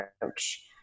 approach